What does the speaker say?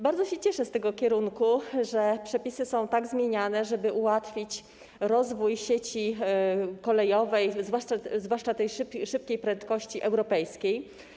Bardzo się cieszę z tego kierunku, z tego, że przepisy są tak zmieniane, żeby ułatwić rozwój sieci kolejowej, zwłaszcza kolei szybkiej prędkości europejskiej.